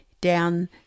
down